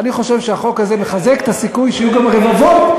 ואני חושב שהחוק הזה מחזק את הסיכוי שיהיו גם רבבות,